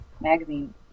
Magazine